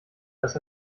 dass